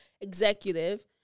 executive